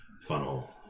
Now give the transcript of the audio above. funnel